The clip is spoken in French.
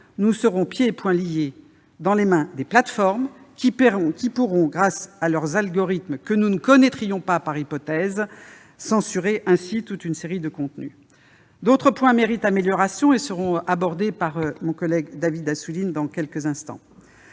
nous serons pieds et poings liés face aux plateformes, qui pourront, grâce à des algorithmes que nous ne connaîtrons pas par hypothèse, censurer toute une série de contenus. D'autres points méritent amélioration. Ils seront évoqués par mon collègue David Assouline dans quelques instants.